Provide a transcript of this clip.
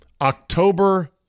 October